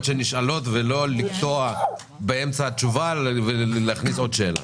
שנשאלות ולא לקטוע באמצע התשובה ולהכניס עוד שאלה.